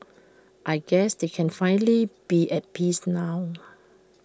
I guess they can finally be at peace now